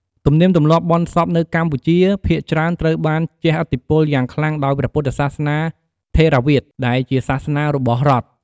ទំនៀមទម្លាប់បុណ្យសពនៅកម្ពុជា ភាគច្រើនត្រូវបានជះឥទ្ធិពលយ៉ាងខ្លាំងដោយព្រះពុទ្ធសាសនាថេរវាទ ដែលជាសាសនារបស់រដ្ឋ។